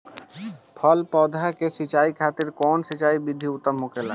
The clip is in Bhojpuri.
फल के पौधो के सिंचाई खातिर कउन सिंचाई विधि उत्तम होखेला?